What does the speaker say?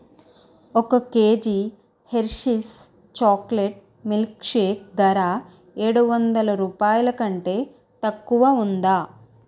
ఒక KG Hershey's chocolate milkshake ధర ఏడు వందల రూపాయల కంటే తక్కువ ఉందా